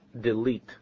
delete